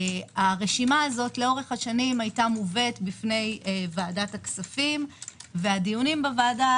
הרשימה הזו לאורך השנים היתה מובאת בפני ועדת הכספים והדיונים בוועדה